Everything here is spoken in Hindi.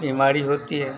बीमारी होती है